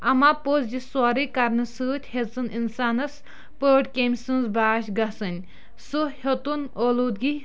اما پوٚز یہِ سورُے کَرنہٕ سۭتۍ ہیٚژٕنۍ اِنسانَس پٲٹھ کٔمۍ سٕنز باش گژھٕنۍ سُہ ہیوٚتُن اولوٗدگی